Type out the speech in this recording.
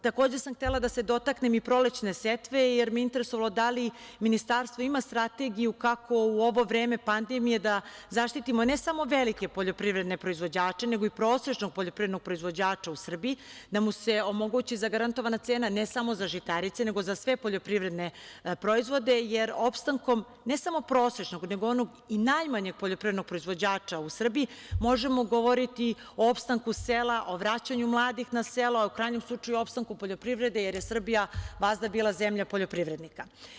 Takođe sam htela da se dotaknem i prolećne setve, jer me je interesovalo da li ministarstvo ima strategiju kako u ovo vreme pandemije da zaštitimo ne samo velike poljoprivredne proizvođače nego i prosečnog poljoprivrednog proizvođača u Srbiji, da mu se omogući zagarantovana cena, ne samo za žitarice nego i za sve poljoprivredne proizvode, jer opstankom ne samo prosečnog nego i onog najmanjeg poljoprivrednog proizvođača u Srbiji možemo goroviti o opstanku sela, o vraćanju mladih na selo, u krajnjem o opstanku poljoprivrede, jer je Srbija vazda bila zemlja poljoprivrednika.